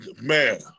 Man